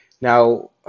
Now